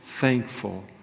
thankful